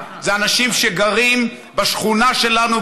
זה אנשים שגרים בשכונה שלנו,